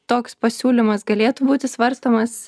toks pasiūlymas galėtų būti svarstomas